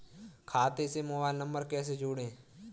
खाते से mobile number कैसे जोड़ें?